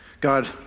God